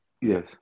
Yes